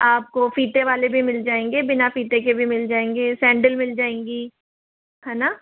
आपको फ़ीते वाले भी मिल जाएंगे बिना फ़ीते के भी मिल जाएंगे सैंडल मिल जाएंगी है न